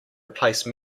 replace